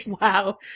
wow